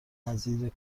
نظیر